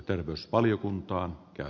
arvoisa puhemies